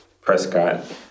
Prescott